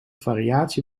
variatie